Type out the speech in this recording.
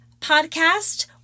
podcast